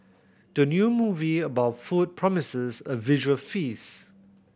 the new movie about food promises a visual feast